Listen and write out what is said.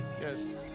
Yes